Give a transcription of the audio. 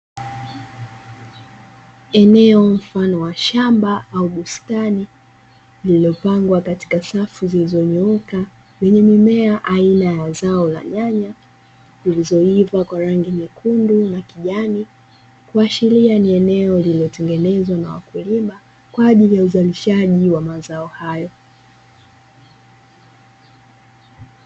Eneo mfano wa shamba au bustani lililopangwa katika safu zilizonyooka, lina mimea aina ya zao la nyanya zilizoiva kwa rangi nyekundu, na kijani kuashiria ni eneo lililotengenezwa na wakulima kwa ajili ya uzalishaji wa mazao hayo.